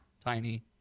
tiny